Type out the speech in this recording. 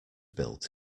built